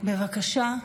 גברתי היושבת-ראש,